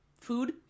food